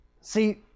See